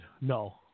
No